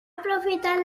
aprofitat